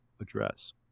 address